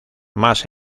más